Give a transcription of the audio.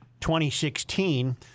2016